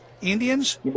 Indians